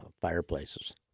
fireplaces